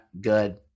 good